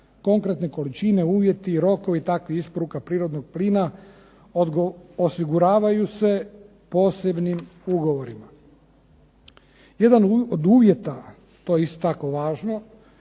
konkretne količine, uvjeti, rokovi takvih isporuka prirodnog plina osiguravaju se posebnim ugovorima. Jedan od uvjeta, to je isto tako važno,